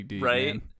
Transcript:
right